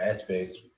aspects